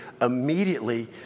immediately